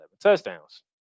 touchdowns